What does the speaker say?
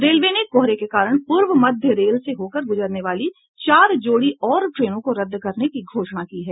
railway ने कोहरे के कारण पूर्व मध्य रेल से होकर गुजरने वाली चार जोड़ी और ट्रेनों को रद्द करने की घोषणा की है